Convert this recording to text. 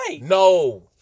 No